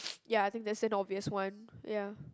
ya I think that's an obvious one ya